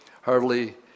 hardly